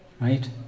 Right